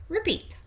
Repeat